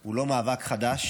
הוא לא מאבק חדש.